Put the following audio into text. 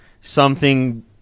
something-